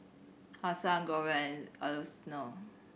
Hassan Glover Alfonso